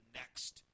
next